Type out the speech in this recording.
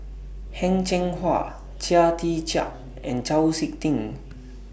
Heng Cheng Hwa Chia Tee Chiak and Chau Sik Ting